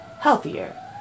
healthier